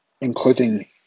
including